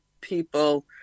people